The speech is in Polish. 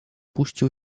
puścił